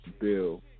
bill